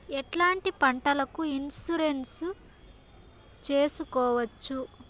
ఎట్లాంటి పంటలకు ఇన్సూరెన్సు చేసుకోవచ్చు?